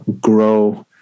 grow